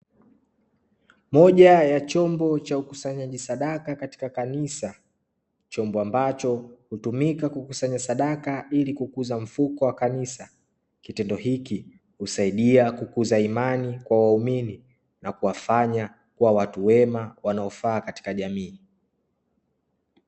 Moja ya chombo cha ukusanyaji sadaka katika kanisa, chombo ambacho hutumika kukusanya sadaka ili kukuza mfuko wa kanisa kitendo hiki husaidia kukuza imani kwa waumini na kuwafanya kuwa watu wema wanaofaa katika jamii.